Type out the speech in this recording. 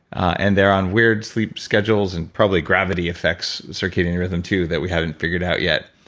and they're on weird sleep schedules and probably gravity affects circadian rhythm too that we haven't figured out yet.